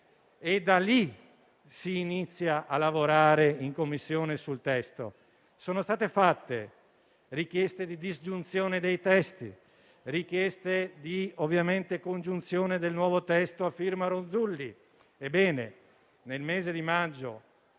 e da lì si inizia a lavorare in Commissione sul testo. Sono state fatte richieste di disgiunzione dei testi e richieste di congiunzione del nuovo testo a firma Ronzulli. Ebbene, nel mese di maggio